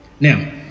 Now